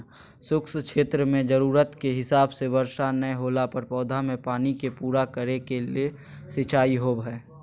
शुष्क क्षेत्र मेंजरूरत के हिसाब से वर्षा नय होला पर पौधा मे पानी के पूरा करे के ले सिंचाई होव हई